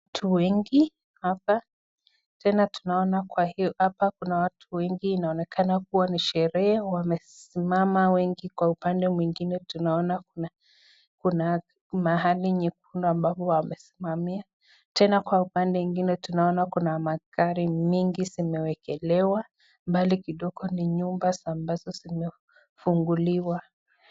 Watu wengi hapa. Tena tunaona kwa hiyo hapa kuna watu wengi. Inaonekana kuwa ni sherehe wamesimama wengi kwa upande mwingine. Tunaona kuna kuna mahali nyekundu ambapo wamesimamia. Tena kwa upande mwingine tunaona kuna magari mingi zimewekelewa. Mbali kidogo ni nyumba ambazo zimefunguliwa.